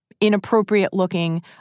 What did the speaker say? inappropriate-looking